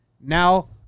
now